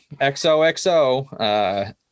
xoxo